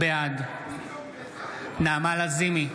בעד נעמה לזימי,